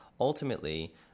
ultimately